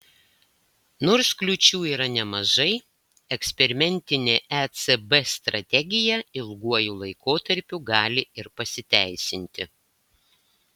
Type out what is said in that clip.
nors kliūčių yra nemažai eksperimentinė ecb strategija ilguoju laikotarpiu gali ir pasiteisinti